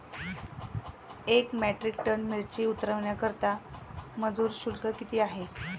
एक metric tonne मिरची उतरवण्याकरता मजुर शुल्क किती आहे?